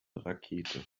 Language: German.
rakete